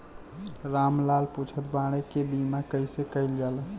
राम लाल पुछत बाड़े की बीमा कैसे कईल जाला?